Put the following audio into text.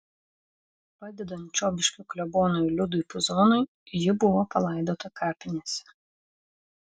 padedant čiobiškio klebonui liudui puzonui ji buvo palaidota kapinėse